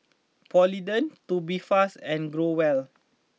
Polident Tubifast and Growell